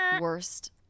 Worst